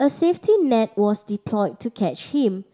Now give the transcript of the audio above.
a safety net was deployed to catch him